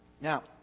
Now